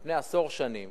על-פני עשור שנים